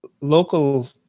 local